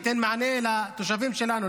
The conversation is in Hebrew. ייתן מענה לתושבים שלנו,